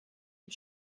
wir